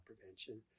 prevention